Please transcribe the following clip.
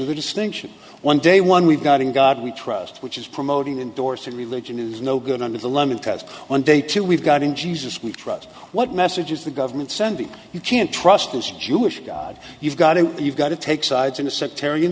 the distinction one day one we've got in god we trust which is promoting endorsing religion is no good under the lemon test on day two we've got in jesus we trust what message is the government sending you can't trust those jewish god you've got it you've got to take sides in a sectarian